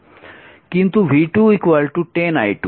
কিন্তু i2 4 i1